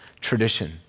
tradition